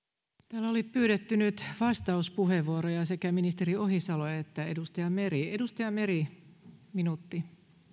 täällä oli pyydetty vastauspuheenvuoroja sekä ministeri ohisalo että edustaja meri edustaja meri minuutti